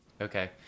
Okay